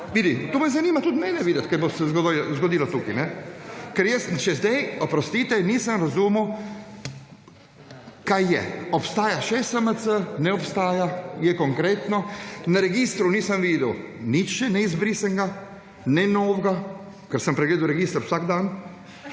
To zanima tudi mene kaj se bo zgodilo tukaj. Ker jaz še sedaj, oprostite, nisem razumel kaj je? Ali obstaja še SMC? Ne obstaja? Je konkretno? Na registru nisem videl nič še neizbrisanega, ne novega, ker sem pregledal register vsak dan,